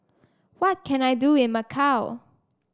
what can I do in Macau